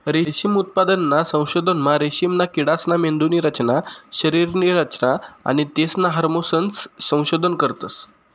रेशीम उत्पादनना संशोधनमा रेशीमना किडासना मेंदुनी रचना, शरीरनी रचना आणि तेसना हार्मोन्सनं संशोधन करतस